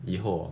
以后 ah